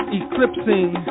eclipsing